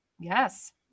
Yes